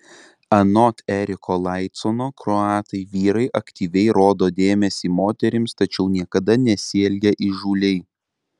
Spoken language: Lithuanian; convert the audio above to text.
anot eriko laicono kroatai vyrai aktyviai rodo dėmesį moterims tačiau niekada nesielgia įžūliai